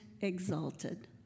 exalted